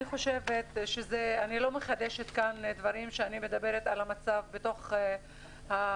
אני חושבת שאני לא מחדשת כאן דברים כשאני מדברת על המצב בתוך החברה,